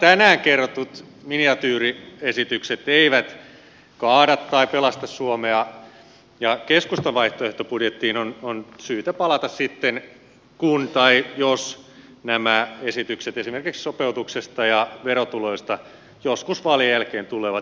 nämä tänään kerrotut miniatyyriesitykset eivät kaada tai pelasta suomea ja keskustan vaihtoehtobudjettiin on syytä palata sitten kun tai jos nämä esitykset esimerkiksi sopeutuksista ja verotuloista joskus vaalien jälkeen tulevat